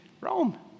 Rome